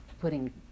putting